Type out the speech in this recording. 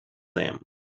them